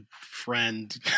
friend